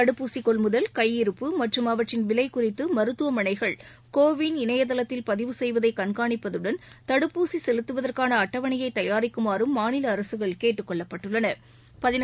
தடுப்பூசி கொள்முதல் கையிருப்பு மற்றும் அவற்றின் விலை குறித்து மருத்துவமனைகள் கோவின் இணையதளத்தில் பதிவு செய்வதை கண்காணிப்பதுடன் தடுப்பூசி செலுத்துவதற்கான அட்டவணையை தயாரிக்குமாறும் மாநில அரசுகள் கேட்டுக் கொள்ளப்பட்டுள்ளன